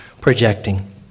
projecting